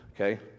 okay